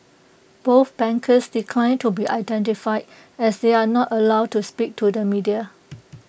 both bankers declined to be identified as they are not allowed to speak to the media